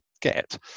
get